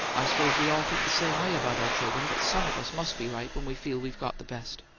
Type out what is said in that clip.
i suppose we all think the same way about our children, but some of us must be right when we feel we've got the best.